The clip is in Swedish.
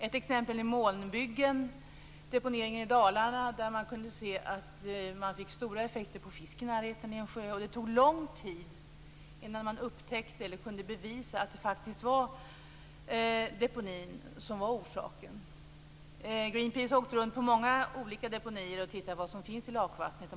Ett exempel är en deponi vid sjön Molnbyggen i Dalarna, där man kunde se stora effekter på fisken i sjön. Det tog lång tid innan man kunde bevisa att det faktiskt var deponin som var orsaken till dessa. Greenpeace har åkt runt till många olika deponier och tittat på vad som finns i lakvattnet.